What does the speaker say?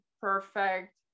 perfect